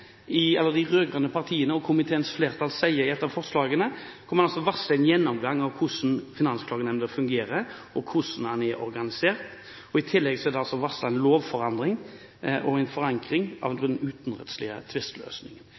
de rød-grønne partiene og komiteens flertall når de varsler en gjennomgang av hvordan Finansklagenemnda fungerer, og hvordan den er organisert. I tillegg er det varslet en lovforandring og en forankring av den utenomrettslige tvisteløsningen.